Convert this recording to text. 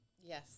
Yes